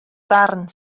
ddarn